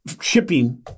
shipping